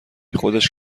خودش